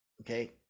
okay